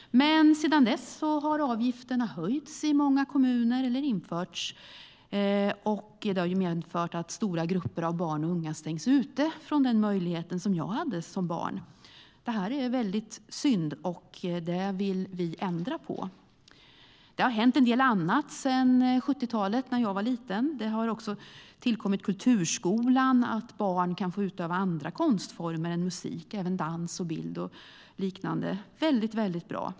Sedan dess har avgifterna höjts, eller införts, i många kommuner. Det har medfört att stora grupper barn och unga stängs ute från den möjlighet som jag hade som barn. Det är synd, och det vill vi ändra på. Det har hänt en del annat också sedan 70-talet, då jag var liten. Kulturskolan har tillkommit så att barn kan utöva andra konstformer än musik, såsom dans, bild och liknande. Det är mycket bra.